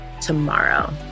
tomorrow